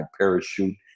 parachute